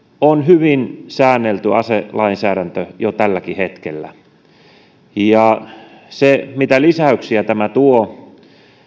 on hyvin säännelty aselainsäädäntö jo tälläkin hetkellä se mitä lisäyksiä tämä tuo